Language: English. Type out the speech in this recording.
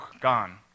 gone